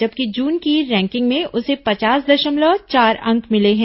जबकि जून की रैंकिंग में उसे पचास दशमलव चार अंक मिले हैं